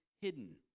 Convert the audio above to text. hidden